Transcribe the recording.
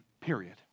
period